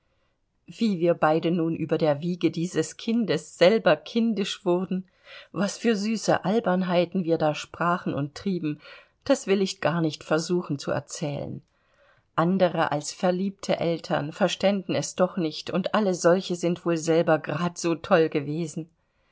wie wir beide nun über der wiege dieses kindes selber kindisch wurden was für süße albernheiten wir da sprachen und trieben das will ich gar nicht versuchen zu erzählen andere als verliebte eltern verständen es doch nicht und alle solche sind wohl selber grad so toll gewesen